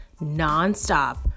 nonstop